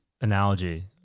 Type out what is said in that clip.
analogy